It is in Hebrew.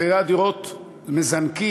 מחירי הדירות מזנקים.